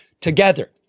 together